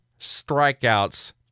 strikeouts